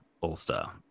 all-star